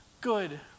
good